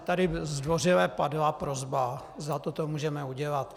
Tady zdvořile padla prosba, zda toto můžeme udělat.